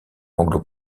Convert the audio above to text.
anglo